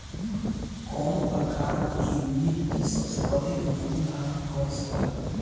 कौन प्रकार की मिट्टी सबसे अधिक नमी धारण कर सकेला?